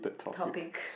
topic